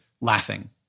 laughing